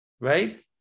Right